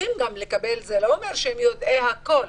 זה לא אומר שהם יודעי כול,